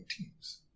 Teams